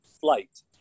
flight